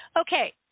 Okay